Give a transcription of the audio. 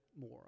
more